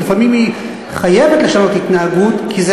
ולפעמים היא חייבת לשנות התנהגות כי זה